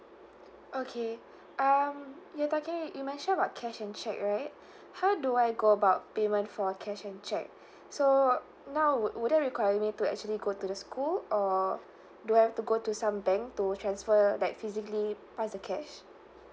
okay um you're talking you mentioned about cash and check right how do I go about payment for cash and check so now would would that require me to actually go to the school or do I have to go to some bank to transfer like physically pass the cash